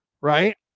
right